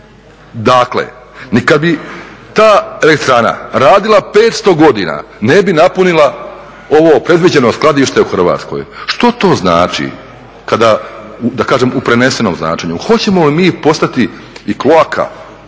Dakle, ni kad bi ta elektrana radila 500 godina ne bi napunila ovo predviđeno skladište u Hrvatskoj. Što to znači kada, da kažem u prenesenom značenju? Hoćemo li mi postati i